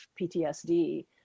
PTSD